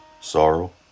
sorrow